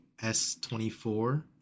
S24